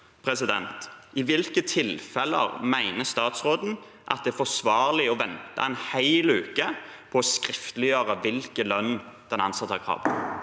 eksempler: I hvilke tilfeller mener statsråden det er forsvarlig å vente en hel uke på å skriftliggjøre hvilken lønn den ansatte har